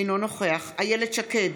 אינו נוכח אילת שקד,